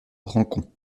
rancon